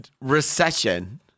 recession